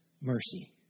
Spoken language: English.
mercy